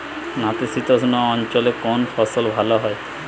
নাতিশীতোষ্ণ অঞ্চলে কোন ফসল ভালো হয়?